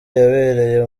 yabereye